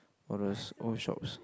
all those old shops